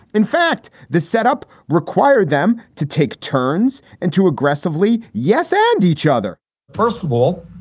in fact, the setup required them to take turns into aggressively. yes. and each other first of all,